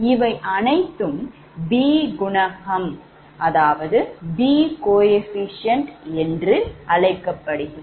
இவை அனைத்தும் B குணகம் என்று அழைக்கப்படுகிறது